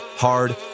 hard